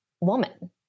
woman